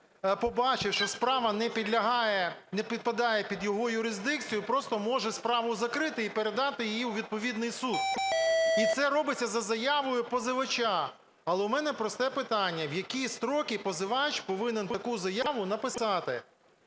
що справа не підпадає під його юрисдикцію, просто може справу закрити і передати її у відповідний суд. І це робиться за заявою позивача. Але у мене просте питання, в які строки позивач повинен таку заяву написати: